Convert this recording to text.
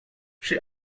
she